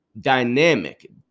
dynamic